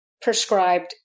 prescribed